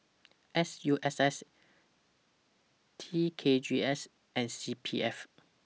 S U S S T K G S and C P F